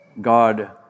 God